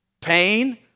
pain